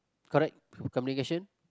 correct communication